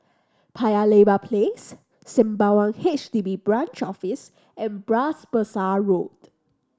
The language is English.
Paya Lebar Place Sembawang H D B Branch Office and Bras Basah Road